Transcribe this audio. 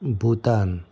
Bhutan